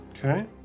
Okay